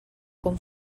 com